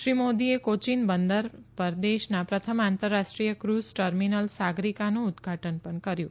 શ્રી મોદીએ કોચ્ચીન બંદર પર દેશના પ્રથમ આંતરરાષ્ટ્રીય ફઝ ટર્મીનલ સાગરિકાનું ઉદઘાટન પણ કર્યુ